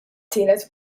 tielet